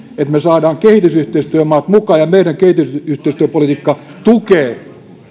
että me saamme kehitysyhteistyömaat mukaan ja miten meidän kehitysyhteistyöpolitiikka tukee